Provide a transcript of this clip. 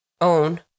own